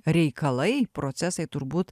reikalai procesai turbūt